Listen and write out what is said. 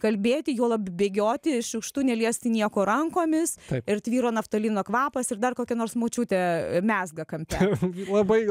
kalbėti juolab bėgioti šiukštu neliesti nieko rankomis ir tvyro naftalino kvapas ir dar kokia nors močiutė mezga kampe labai